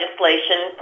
legislation